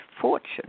fortune